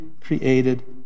created